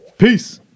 Peace